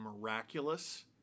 miraculous